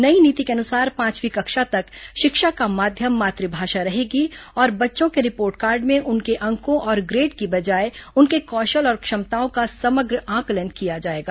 नई नीति के अनुसार पांचवीं कक्षा तक शिक्षा का माध्यम मात्माषा रहेगी और बच्चों के रिपोर्ट कार्ड में उनके अंकों और ग्रेड की बजाए उनके कौशल और क्षमताओं का समग्र आकलन किया जाएगा